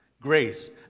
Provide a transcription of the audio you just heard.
grace